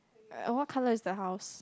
what colour is the house